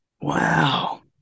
Wow